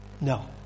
No